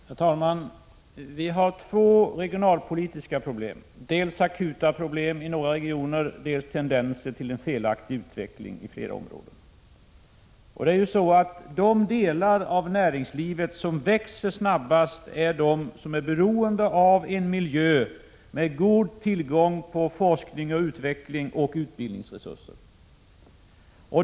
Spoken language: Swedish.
Herr talman! Vi har två slags regionalpolitiska problem: dels akuta problem i några regioner, dels tendenser till en felaktig utveckling i flera områden. De delar av näringslivet som växer snabbast är de som är beroende av en miljö med god tillgång till forsknings-, utvecklingsoch utbildningsresurser.